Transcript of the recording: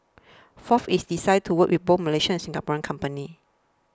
fourth its desire to work with both Malaysian and Singaporean companies